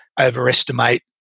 overestimate